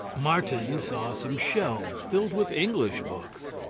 martin saw some shelves filled with english books.